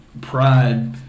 pride